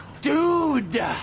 Dude